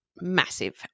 massive